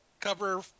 Cover